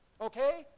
Okay